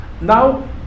Now